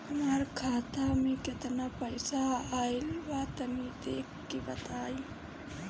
हमार खाता मे केतना पईसा आइल बा तनि देख के बतईब?